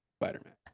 Spider-Man